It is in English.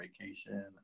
vacation